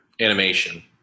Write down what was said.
animation